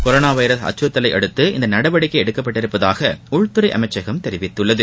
corona virus அக்சுறுத்தலை அடுத்த இந்த நடவடிக்கை எடுக்கப்பட்டுள்ளதாக உள்துறை அமைச்சகம் தெரிவித்துள்ளது